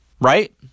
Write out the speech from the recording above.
right